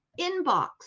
inbox